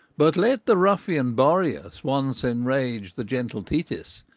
but let the ruffian boreas once enrage the gentle thetis,